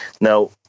Now